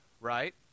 right